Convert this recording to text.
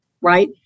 right